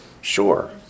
sure